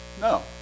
No